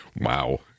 Wow